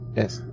Yes